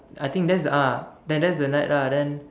I think that's the uh that's that's the night lah then